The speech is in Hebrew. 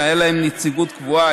שהייתה להם נציגות קבועה,